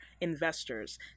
investors